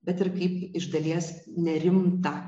bet ir kaip iš dalies nerimtą